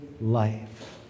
life